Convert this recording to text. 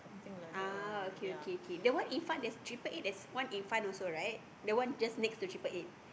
ah okay okay okay the one in front there's triple eight there's one in front also right the one just next to triple eight